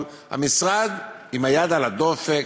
אבל המשרד עם היד על הדופק,